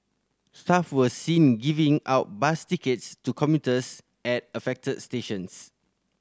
staff were seen giving out bus tickets to commuters at affected stations